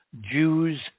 Jews